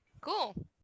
cool